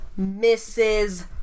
Mrs